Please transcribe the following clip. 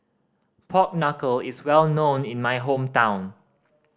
pork knuckle is well known in my hometown